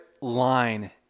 line